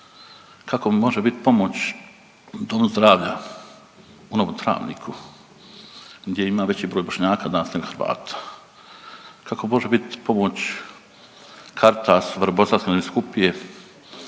Kako može bit pomoć Domu zdravlja onom u Travniku gdje ima veći broj Bošnjaka danas nego Hrvata, kako može bit pomoć Caritasu Bosanske nadbiskupije,